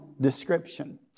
description